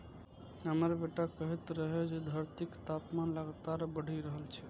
हमर बेटा कहैत रहै जे धरतीक तापमान लगातार बढ़ि रहल छै